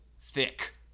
thick